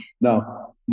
Now